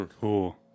cool